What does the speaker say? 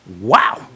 wow